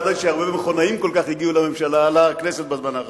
לא ידעתי שכל כך הרבה מכונאים הגיעו לכנסת בזמן האחרון.